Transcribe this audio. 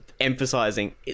emphasizing